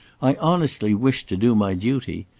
i honestly wish to do my duty.